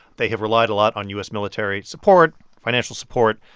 they have relied a lot on u s. military support, financial support.